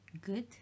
good